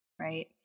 right